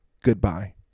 Goodbye